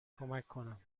کنم